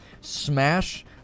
smash